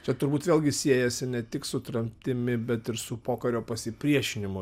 čia turbūt vėlgi siejasi ne tik su tremtimi bet ir su pokario pasipriešinimo